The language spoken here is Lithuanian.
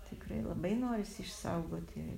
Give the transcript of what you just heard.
tikrai labai norisi išsaugoti